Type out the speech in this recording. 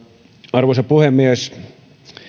arvoisa puhemies tämä